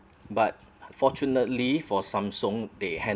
but unfortunately for Samsung they handled